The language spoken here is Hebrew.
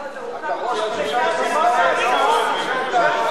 לא, זה רוכך במכבסה של הקואליציה.